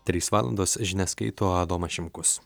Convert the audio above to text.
trys valandos žinias skaito adomas šimkus